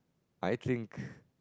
I think